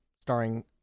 starring